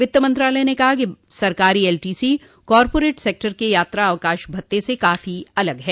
वित्त मंत्रालय ने कहा कि सरकारी एलटीसी कॉरपोरेट सेक्टर के यात्रा अवकाश भत्ते से काफी अलग है